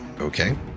Okay